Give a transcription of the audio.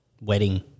wedding